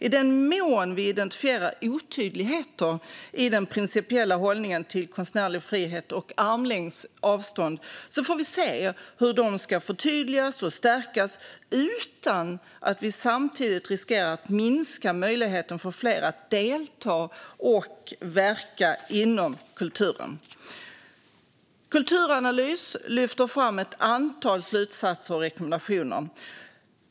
I den mån vi identifierar otydligheter i den principiella hållningen till konstnärlig frihet och armlängds avstånd får vi se hur de ska förtydligas och stärkas utan att vi samtidigt riskerar att minska möjligheten för fler att delta i och verka inom kulturen. Kulturanalys lyfter fram ett antal slutsatser och rekommendationer.